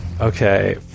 Okay